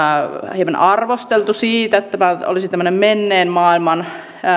hieman arvosteltu siitä että tämä nyt olisi tämmöinen menneen maailman